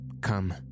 Come